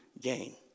gain